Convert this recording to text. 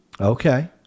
Okay